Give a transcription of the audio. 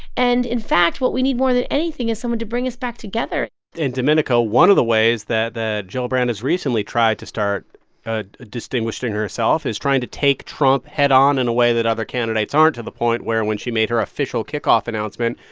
and, in fact, what we need more than anything is someone to bring us back together and, domenico, one of the ways that gillibrand has recently tried to start ah distinguishing herself is trying to take trump head-on in a way that other candidates aren't, to the point where when she made her official kickoff announcement,